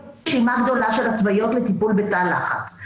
יש רשימה גדולה של התוויות לטיפול בתא לחץ,